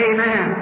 Amen